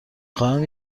خواهم